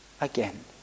again